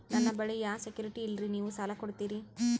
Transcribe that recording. ನನ್ನ ಬಳಿ ಯಾ ಸೆಕ್ಯುರಿಟಿ ಇಲ್ರಿ ನೀವು ಸಾಲ ಕೊಡ್ತೀರಿ?